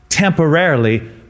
Temporarily